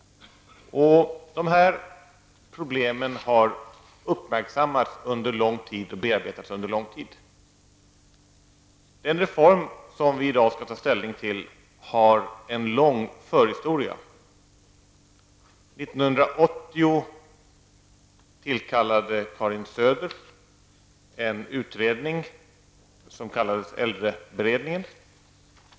Dessa problem har uppmärksammats och bearbetats under lång tid. Den reform som vi i dag skall ta ställning till har en lång förhistoria. År 1980 tillkallade Karin Söder en utredning som kallades äldreberedningen.